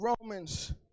Romans